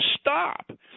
stop